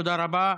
תודה רבה.